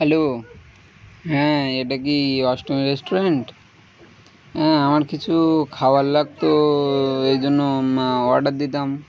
hello হ্যাঁ এটা কি অষ্টমী রেস্টুরেন্ট হ্যাঁ আমার কিছু খাবার লাগতো এই জন্য অর্ডার দিতাম